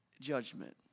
judgment